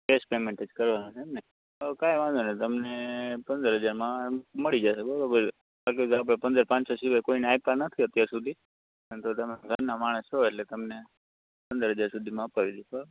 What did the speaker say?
cache payment જ કરવાનું છે એમને તો કાંઈ વાંધો નહીં તમને પંદર હજારમાં મળી જશે બરોબર બાકી તો આપણે પંદસ પાંચસો સિવાય કોઈને આપ્યો નથી અત્યાર સુધી પણ તમે ઘરના માણસ છો એટલે તમને પંદર હજાર સુધીમાં કરાવી દઉં છું બરાબર